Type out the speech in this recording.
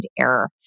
error